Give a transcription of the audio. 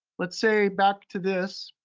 let's say back to this.